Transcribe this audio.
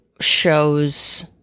shows